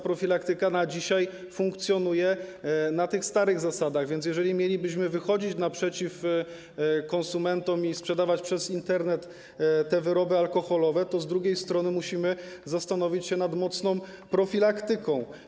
Profilaktyka na dzisiaj funkcjonuje na starych zasadach, więc jeżeli mielibyśmy wychodzić naprzeciw konsumentom i sprzedawać przez Internet te wyroby alkoholowe, to musimy zastanowić się nad mocną profilaktyką.